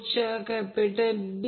81 angle 21